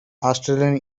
australian